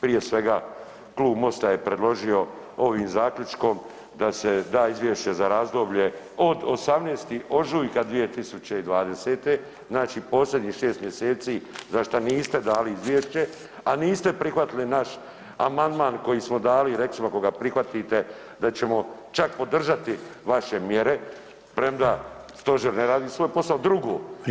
Prije svega, Klub MOST-a je predložio ovim zaključkom da se da Izvješće za razdoblje od 18. ožujka 2020. znači posljednjih 6 mjeseci za šta niste dali izvješće, a niste prihvatili naš amandman koji smo dali, recimo ako ga prihvatite da ćemo čak podržati vaše mjere premda Stožer ne radi svoj posao [[Upadica Sanader: Vrijeme.]] Drugo.